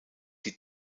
die